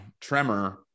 tremor